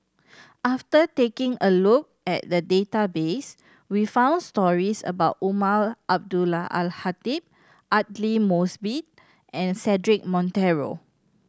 after taking a look at the database we found stories about Umar Abdullah Al Khatib Aidli Mosbit and Cedric Monteiro